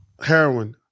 Heroin